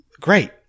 Great